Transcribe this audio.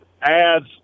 ads